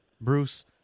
Bruce